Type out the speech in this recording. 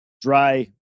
dry